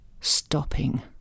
Stopping